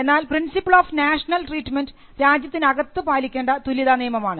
എന്നാൽ principle of national treatment രാജ്യത്തിനകത്ത് പാലിക്കേണ്ട തുല്യതാ നിയമമാണ്